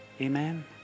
Amen